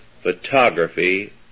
photography